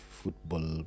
football